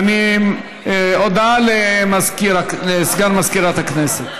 הודעה לסגן מזכירת הכנסת.